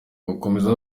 bakomeza